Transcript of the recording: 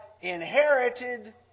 inherited